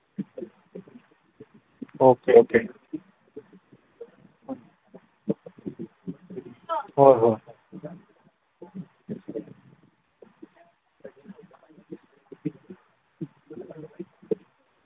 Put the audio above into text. okay okay ꯍꯣꯏ ꯍꯣꯏ ꯍꯣꯏ